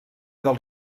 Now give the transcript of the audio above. del